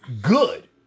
good